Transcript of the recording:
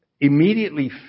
immediately